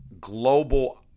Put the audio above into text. global